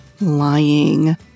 lying